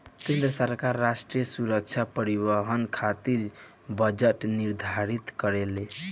केंद्र सरकार राष्ट्रीय सुरक्षा परिवहन खातिर बजट निर्धारित करेला